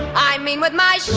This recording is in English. i mean with my.